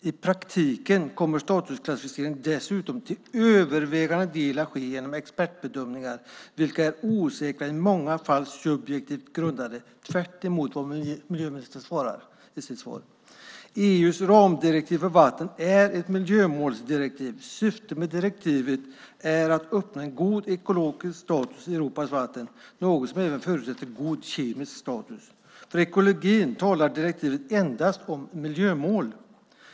I praktiken kommer statusklassificeringen dessutom till övervägande del att ske genom expertbedömningar vilka är osäkra och i många fall subjektivt grundade, tvärtemot vad miljöministern säger i sitt svar. EU:s ramdirektiv för vatten är ett miljömålsdirektiv. Syftet med direktivet är att öppna för en god ekologisk status i Europas vatten, något som även förutsätter god kemisk status. För ekologin talar direktivet endast om miljömål.